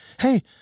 hey